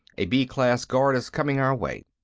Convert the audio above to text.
a b-class guard is coming our way.